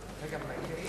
חקיקה),